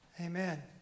Amen